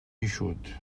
eixut